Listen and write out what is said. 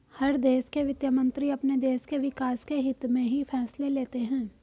हर देश के वित्त मंत्री अपने देश के विकास के हित्त में ही फैसले लेते हैं